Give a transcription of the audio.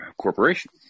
corporation